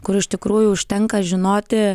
kur iš tikrųjų užtenka žinoti